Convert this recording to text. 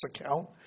account